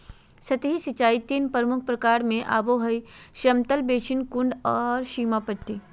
सतही सिंचाई तीन प्रमुख प्रकार में आबो हइ समतल बेसिन, कुंड और सीमा पट्टी